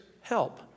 help